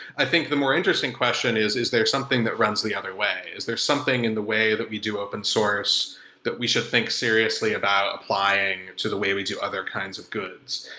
i think the more interesting question is is there something that runs the other way? is there something in the way that we do open-source that we should think seriously about applying to the way we do other kinds of goods?